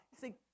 See